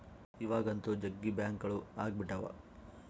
ಇವಾಗಂತೂ ಜಗ್ಗಿ ಬ್ಯಾಂಕ್ಗಳು ಅಗ್ಬಿಟಾವ